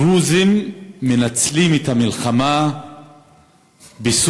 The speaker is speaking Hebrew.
הדרוזים מנצלים את המלחמה בסוריה